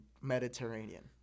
Mediterranean